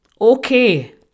okay